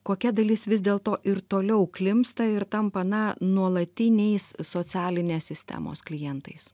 kokia dalis vis dėlto ir toliau klimpsta ir tampa na nuolatiniais socialinės sistemos klientais